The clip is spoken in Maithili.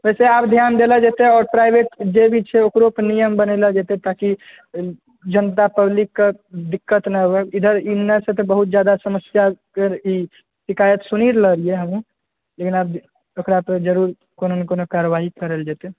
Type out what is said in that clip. वैसे आब ध्यान देलो जेतै और प्राइवेट जे भी छै ओकरो कनि नियम बनेलो जेतै ताकि जनता पब्लिक कऽ दिक्कत नहि होइ इधर ई सबके बहुत जादा समस्या शिकायत सुनि रहलियै हँ हमहुँ लेकिन ओकरा तऽ जरुर कोनो ने कोनो कारवाइ करल जेतै